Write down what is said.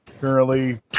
currently